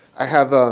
i have ah